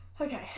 Okay